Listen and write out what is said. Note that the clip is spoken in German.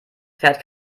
fährt